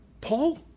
Paul